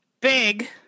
big